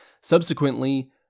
subsequently